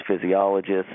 physiologists